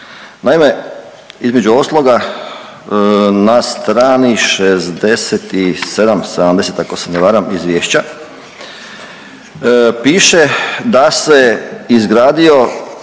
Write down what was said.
Naime između ostaloga na strani 67, 70 ako se ne varam Izvješća piše da se izgradio